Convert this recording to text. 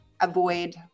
avoid